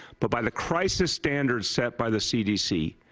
but by the crisis standards set by the cdc,